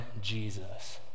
Jesus